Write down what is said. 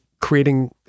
creating